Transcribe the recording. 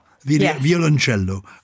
violoncello